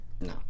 No